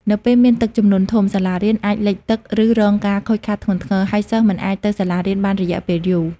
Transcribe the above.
នៅពេលមានទឹកជំនន់ធំ សាលារៀនអាចលិចទឹក ឬរងការខូចខាតធ្ងន់ធ្ងរ ហើយសិស្សមិនអាចទៅសាលារៀនបានរយៈពេលយូរ។